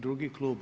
Drugi klub?